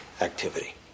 activity